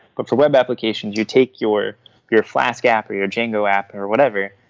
but for web applications, you take your your flask app, or your jingo app, or whatever,